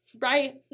Right